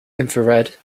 infrared